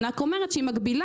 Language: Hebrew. אני רק אומרת שהיא מגבילה